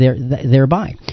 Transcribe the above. thereby